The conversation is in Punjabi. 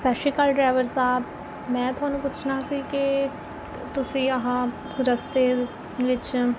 ਸਤਿ ਸ਼੍ਰੀ ਅਕਾਲ ਡਰਾਈਵਰ ਸਾਹਿਬ ਮੈਂ ਤੁਹਾਨੂੰ ਪੁੱਛਣਾ ਸੀ ਕਿ ਤੁਸੀਂ ਆਹ ਰਸਤੇ ਵਿੱਚ